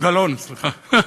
גלאון, סליחה,